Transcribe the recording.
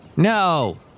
No